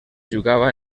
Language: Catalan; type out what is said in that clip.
jugava